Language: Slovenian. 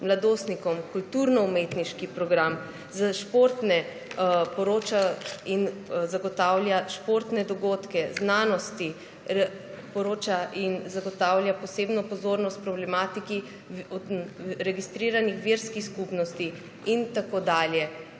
mladostnikom, kulturno-umetniški program, poroča in zagotavlja športne dogodke, poroča o znanosti, zagotavlja posebno pozornost problematiki registriranih verskih skupnosti. In vse to je